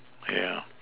yeah